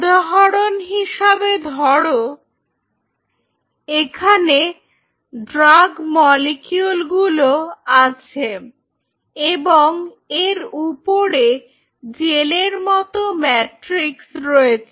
উদাহরণ হিসেবে ধরো এখানে ড্রাগ মলিকিউলগুলো আছে এবং এর উপরে জেলের মত ম্যাট্রিক্স রয়েছে